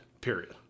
Period